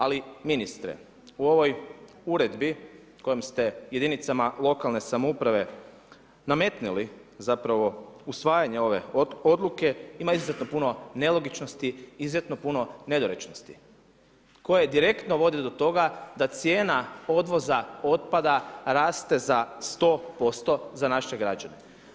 Ali ministre u ovoj uredbi u kojoj ste jedinicama lokalne samouprave nametnuli zapravo usvajanje ove odluke ima izuzetno puno nelogičnosti, izuzetno puno nedorečenosti koje direktno vode do toga da cijena odvoza otpada raste za 100% za naše građane.